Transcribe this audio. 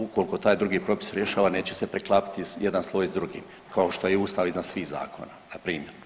Ukoliko taj drugi propis rješava neće se preklapati jedan sloj s drugim kao što je Ustav iznad svih zakona na primjer.